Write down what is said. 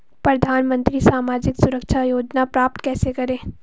प्रधानमंत्री सामाजिक सुरक्षा योजना प्राप्त कैसे करें?